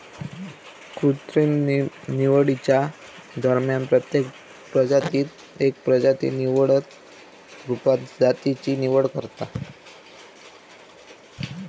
कृत्रिम निवडीच्या दरम्यान प्रत्येक प्रजातीत एक प्रजाती निवडक रुपात जातीची निवड करता